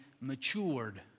matured